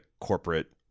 corporate